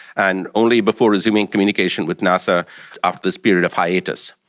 and only before resuming communication with nasa after this period of hiatus.